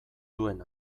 duen